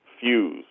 fuse